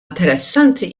interessanti